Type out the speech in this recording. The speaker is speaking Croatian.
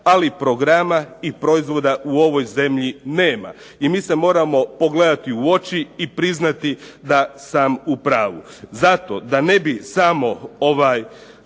ali programa i proizvoda u ovoj zemlji nema i mi se moramo pogledati u oči i priznati da sam u pravu. Zato da ne bi samo odabrani